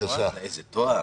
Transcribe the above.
איזה תואר.